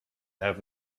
have